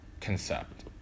concept